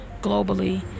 globally